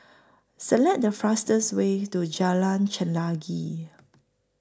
Select The fastest Way to Jalan Chelagi